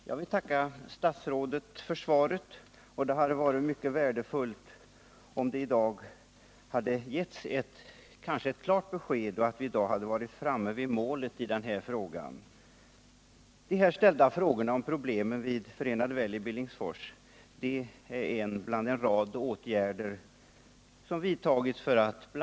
Herr talman! Jag vill tacka för svaret. Det hade varit mycket värdefullt om det i dag givits ett klart besked om att vi nu var framme vid målet för den här frågan. De ställda frågorna om problemen vid Förenade Well i Billingsfors rör en av en rad åtgärder som vidtagits för att ul.